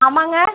ஆமாம்ங்க